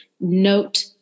note